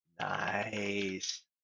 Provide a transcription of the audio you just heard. Nice